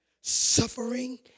Suffering